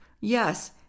Yes